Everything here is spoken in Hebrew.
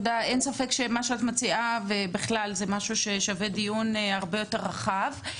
אין ספק שמה שאת מציעה ובכלל זה משהו ששווה דיון הרבה יותר רחב.